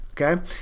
Okay